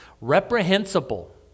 Reprehensible